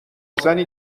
زنی